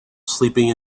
sleeping